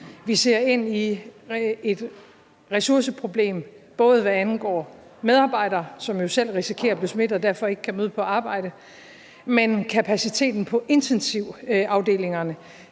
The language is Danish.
Vi ser ind i et ressourceproblem, hvad angår medarbejdere, som jo selv risikerer at blive smittet og derfor ikke kan møde på arbejde, men også hvad angår kapaciteten på intensivafdelingerne.